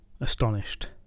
astonished